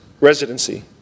residency